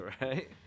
right